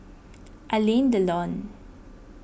Alain Delon